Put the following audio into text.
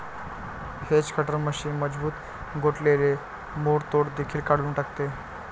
hedge cutter machine मजबूत गोठलेले मोडतोड देखील काढून टाकते